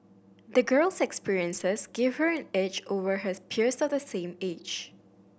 the girl's experiences gave her an edge over her peers of the same age